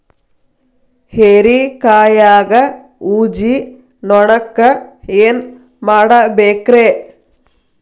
ಹೇರಿಕಾಯಾಗ ಊಜಿ ನೋಣಕ್ಕ ಏನ್ ಮಾಡಬೇಕ್ರೇ?